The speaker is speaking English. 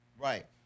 Right